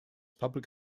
public